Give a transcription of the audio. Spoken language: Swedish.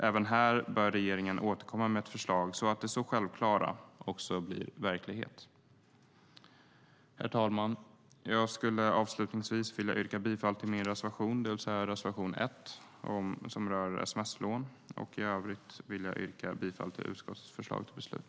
Även här bör regeringen återkomma med ett förslag så att det så självklara också blir verklighet. Herr talman! Avslutningsvis yrkar jag bifall till reservation 1 om sms-lån. I övrigt yrkar jag bifall till utskottets förslag till beslut.